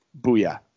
Booyah